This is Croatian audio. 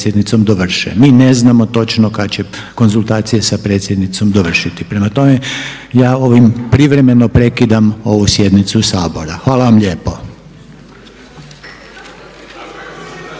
Hvala vam lijepa.